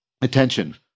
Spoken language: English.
attention